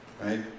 Right